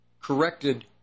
corrected